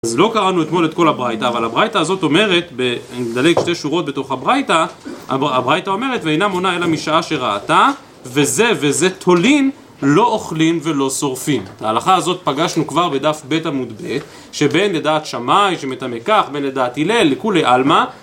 אז לא קראנו אתמול את כל הברייתא, אבל הברייתא הזאת אומרת, אם נדלג שתי שורות בתוך הברייתא, הברייתא אומרת, ואינה מונה אלא משעה שראתה, וזה וזה תולים, לא אוכלים ולא שורפים. את ההלכה הזאת פגשנו כבר בדף ב עמוד ב, שבין לדעת שמאי, שמטמא כך, בין לדעת הלל, לכולי עלמא,